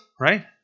right